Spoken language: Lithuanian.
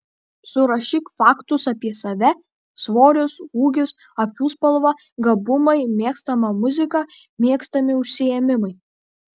surašyk faktus apie save svoris ūgis akių spalva gabumai mėgstama muzika mėgstami užsiėmimai